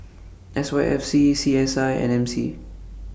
S Y F C C S I and M C